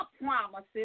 promises